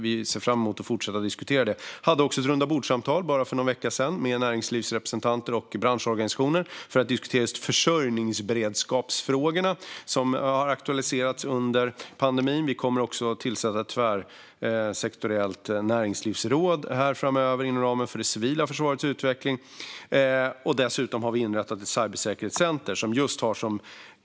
Vi ser fram emot att fortsätta att diskutera det. Jag hade också ett rundabordssamtal för bara någon vecka sedan med näringslivsrepresentanter och branschorganisationer för att diskutera just försörjningsberedskapsfrågorna som har aktualiserats under pandemin. Vi kommer också att tillsätta ett tvärsektoriellt näringslivsråd framöver inom ramen för det civila försvarets utveckling. Dessutom har vi inrättat ett cybersäkerhetscenter.